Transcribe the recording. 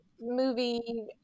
movie